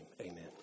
amen